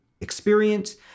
experience